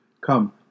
Come